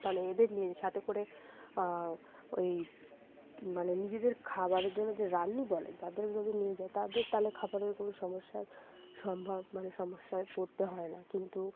মানে এদের নিয়ে সাথে করে ওই মানে নিজেদের খাবারের জন্য যে রান্নি বলে তাদের যদি নিয়ে যায় তাদের তাহলে খাবারের কোনো সমস্যার সম্ভব মানে সমস্যায় পড়তে হয় না কিন্তু